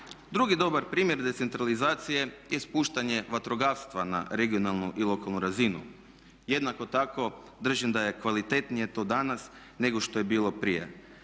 Drugi dobar primjer decentralizacije je spuštanje vatrogastva na regionalnu i lokalnu razinu. Jednako tako držim da je kvalitetnije to danas nego što je bilo prije.